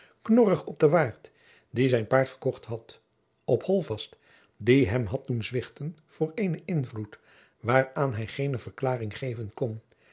knorrig op den waard die zijn paard verkocht had op holtvast die hem had doen zwichten voor eenen invloed waaraan hij geene verklaring geven kon